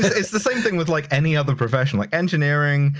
it's the same thing with like any other profession. like engineering,